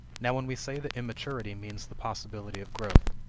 now when we say that immaturity means the possibility of growth,